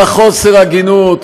כמה חוסר הגינות,